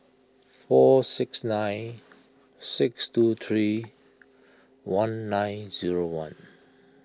four six nine six two three one nine zero one